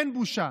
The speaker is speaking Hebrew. אין בושה.